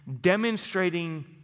demonstrating